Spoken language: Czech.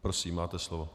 Prosím, máte slovo.